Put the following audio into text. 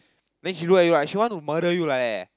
then she look at you like she wanna murder you like that